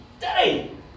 Daddy